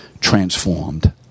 transformed